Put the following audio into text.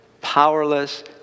powerless